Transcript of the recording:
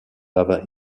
lava